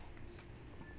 ya we got the clap